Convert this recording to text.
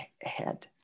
head